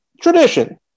tradition